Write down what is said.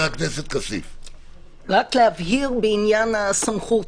רק להבהיר לעניין הסמכות